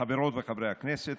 חברות וחברי הכנסת,